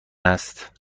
است